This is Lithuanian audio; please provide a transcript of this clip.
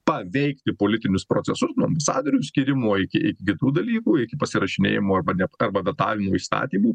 paveikti politinius procesus nuo sandorių skyrimo iki iki kitų dalykų iki pasirašinėjamų arba net arba vetavimo įstatymų